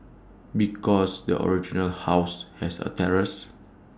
because the original house has A terrace